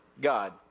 God